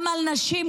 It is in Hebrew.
גם על נשים,